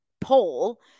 poll